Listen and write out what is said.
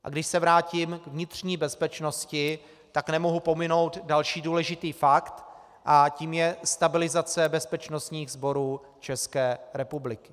A když se vrátím k vnitřní bezpečnosti, tak nemohu pominout další důležitý fakt a tím je stabilizace bezpečnostních sborů České republiky.